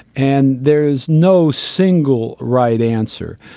and there is no single right answer.